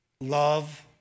love